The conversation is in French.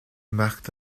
marc